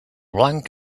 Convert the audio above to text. blanc